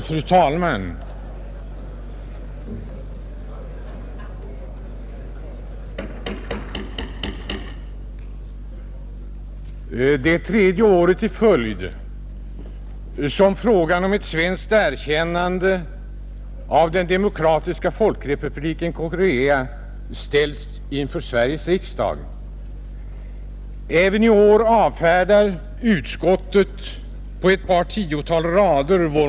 Fru talman! Detta är tredje året i följd som frågan om ett svenskt erkännande av Demokratiska folkrepubliken Korea ställs inför Sveriges riksdag. Även i år avfärdar utskottet vår motion på ett par tiotal rader.